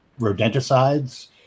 rodenticides